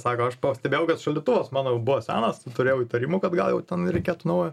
sako aš pastebėjau kad šaldytuvas mano jau buvo senas turėjau įtarimų kad gal jau ten reikėtų naujo